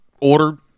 ordered